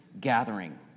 gathering